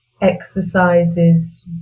exercises